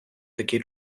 такі